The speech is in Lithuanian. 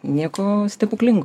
nieko stebuklingo